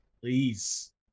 please